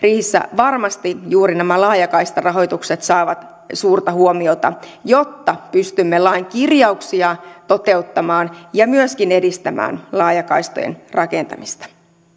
varmasti juuri nämä laajakaistarahoitukset saavat suurta huomiota jotta pystymme lain kirjauksia toteuttamaan ja myöskin edistämään laajakaistojen rakentamista